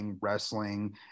wrestling